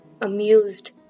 amused